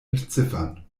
entziffern